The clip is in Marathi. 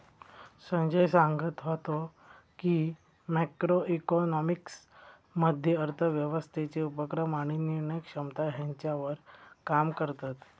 संजय सांगत व्हतो की, मॅक्रो इकॉनॉमिक्स मध्ये अर्थव्यवस्थेचे उपक्रम आणि निर्णय क्षमता ह्यांच्यावर काम करतत